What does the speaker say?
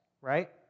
right